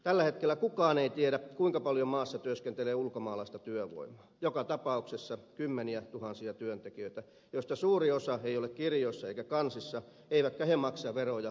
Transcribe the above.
tällä hetkellä kukaan ei tiedä kuinka paljon maassa työskentelee ulkomaalaista työvoimaa joka tapauksessa kymmeniätuhansia työntekijöitä joista suuri osa ei ole kirjoissa eikä kansissa eikä maksa veroja mihinkään maahan